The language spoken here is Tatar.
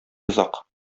озак